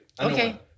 Okay